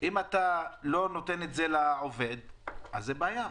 אם אתה לא נותן את זה לעובד זה בעיה,